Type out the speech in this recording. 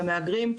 למהגרים,